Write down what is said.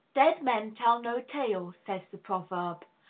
dead men tell no tales, says the proverb.